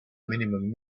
minimum